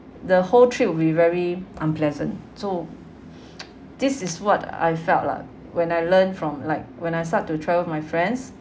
the whole trip will be very unpleasant so this is what I felt lah when I learned from like when I start to travel with my friends